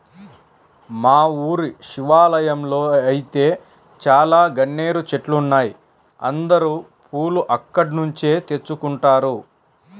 మా ఊరి శివాలయంలో ఐతే చాలా గన్నేరు చెట్లున్నాయ్, అందరూ పూలు అక్కడ్నుంచే తెచ్చుకుంటారు